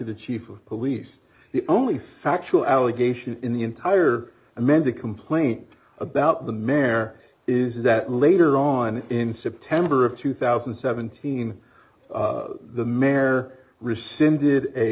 the chief of police the only factual allegation in the entire amended complaint about the mare is that later on in september of two thousand and seventeen the mare rescinded a